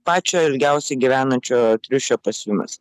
pačio ilgiausio gyvenančio triušio pas jumis